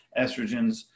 estrogens